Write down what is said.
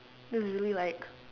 then is really like